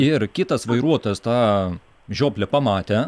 ir kitas vairuotojas tą žioplę pamatė